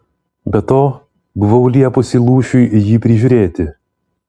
be to buvau liepusi lūšiui jį prižiūrėti